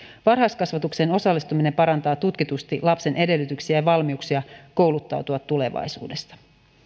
varhaiskasvatukseen osallistuminen parantaa tutkitusti lapsen edellytyksiä ja valmiuksia kouluttautua